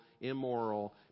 immoral